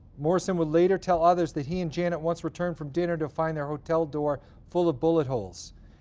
morrison would later tell others that he and janet once returned from dinner to find their hotel door full of bullet holes.